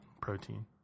protein